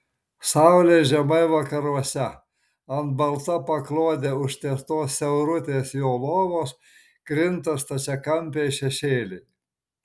saulė žemai vakaruose ant balta paklode užtiestos siaurutės jo lovos krinta stačiakampiai šešėliai